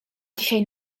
dzisiaj